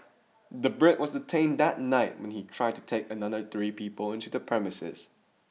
the Brit was detained that night when he tried to take another three people into the premises